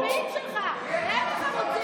החמוצים זה המצביעים שלך, הם החמוצים.